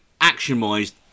action-wise